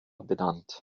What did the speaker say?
benannt